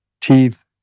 teeth